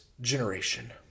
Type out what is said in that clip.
generation